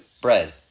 Bread